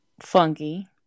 funky